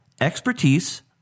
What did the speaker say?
expertise